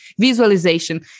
visualization